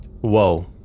Whoa